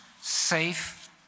safe